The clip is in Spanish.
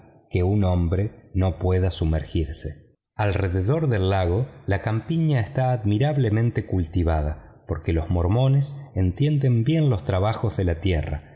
que un hombre no pueda sumergirse alrededor del lago la campiña estaba admirablemente cultivada porque los mormones entienden bien los trabajos de la tierra